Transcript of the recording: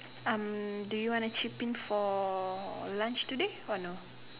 um do you want to chip in for lunch today or no